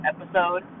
episode